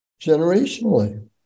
generationally